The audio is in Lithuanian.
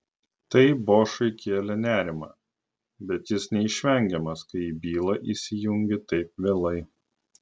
tai bošui kėlė nerimą bet jis neišvengiamas kai į bylą įsijungi taip vėlai